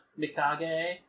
Mikage